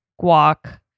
guac